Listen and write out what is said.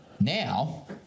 Now